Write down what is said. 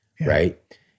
right